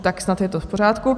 Tak snad je to v pořádku.